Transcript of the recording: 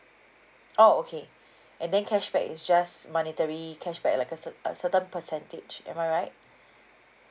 oh okay and then cashback is just monetary cashback like a cer~ a certain percentage am I right